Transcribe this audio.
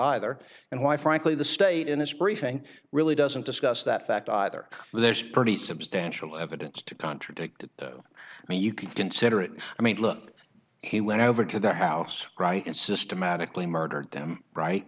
either and why frankly the state in this briefing really doesn't discuss that fact either there's pretty substantial evidence to contradict it though i mean you can consider it i mean look he went over to the house right and systematically murdered them right